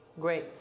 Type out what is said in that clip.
Great